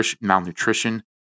malnutrition